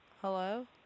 Hello